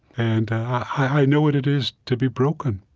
and i know what it is to be broken,